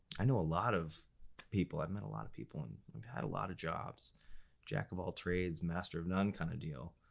i know a lot of people, i've met a lot of people, and i've had a lot of jobs, a jack-of-all-trades, master-of-none kind of deal.